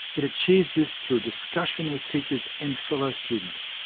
it achieves this through discussion with teachers and fellow students.